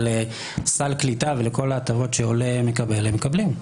אבל סל קליטה וכל ההטבות שעולה מקבל הם מקבלים.